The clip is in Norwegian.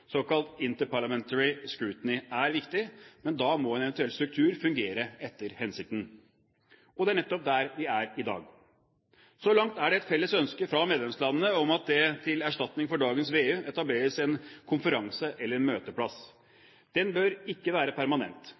Såkalt «inter-parliamentary scrutiny» er viktig, men da må en eventuell struktur fungere etter hensikten. Og det er nettopp der vi er i dag. Så langt er det et felles ønske fra medlemslandene om at det til erstatning for dagens VEU etableres en konferanse eller en møteplass. Den bør ikke være permanent.